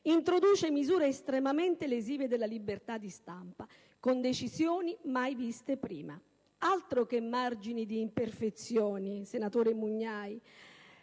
introduce misure estremamente lesive della libertà di stampa con decisioni mai viste prima. Altro che margini di imperfezione, senatore Mugnai: